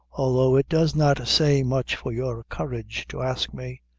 although it does not say much for your courage to ask me.